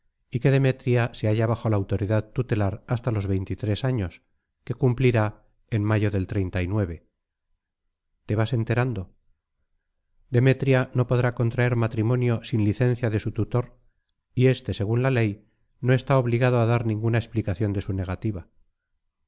y que demetria se halla bajo la autoridad tutelar hasta los veintitrés años que cumplirá en mayo del te vas enterando demetria no podrá contraer matrimonio sin licencia de su tutor y este según la ley no está obligado a dar ninguna explicación de su negativa